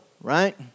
right